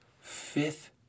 Fifth